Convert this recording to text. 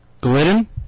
Glidden